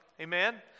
Amen